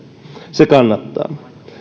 se kannattaa